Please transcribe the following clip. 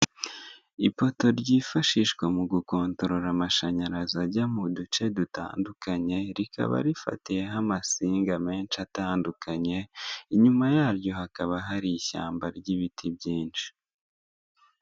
ipoto ryifashishwa mugukontorora amashanyarazi ajya muduce dutandukanye rikaba rifatiyeho amasinga menshi atandukanye inyuma yaryo hakaba hari ishyamba ryibiti byinshi.